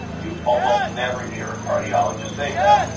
you almost never hear a cardiologist say that,